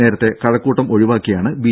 നേരത്തെ കഴക്കൂട്ടം ഒഴിവാക്കിയാണ് ബി